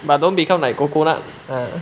but don't become like coconut uh